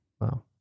wow